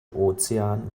ozean